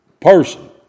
person